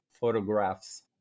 photographs